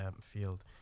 field